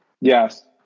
Yes